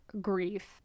grief